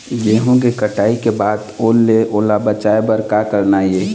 गेहूं के कटाई के बाद ओल ले ओला बचाए बर का करना ये?